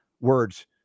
words